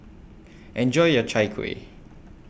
Enjoy your Chai Kuih